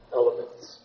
elements